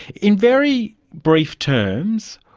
in very brief terms,